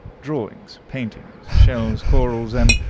drawings, paintings, shells, corals, and,